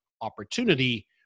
opportunity